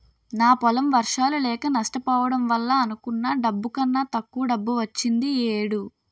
నా పొలం వర్షాలు లేక నష్టపోవడం వల్ల అనుకున్న డబ్బు కన్నా తక్కువ డబ్బు వచ్చింది ఈ ఏడు